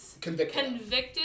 convicted